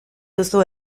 duzu